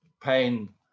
pain